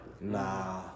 Nah